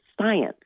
science